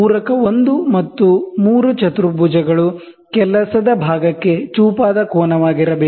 ಪೂರಕ 1 ಮತ್ತು 3 quadrant work piece ಗೆ ಒಬ್ಟ್ಯುಸ್ ಆಂಗಲ್ ಆಗಿರಬೇಕು